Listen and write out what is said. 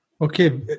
Okay